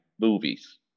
movies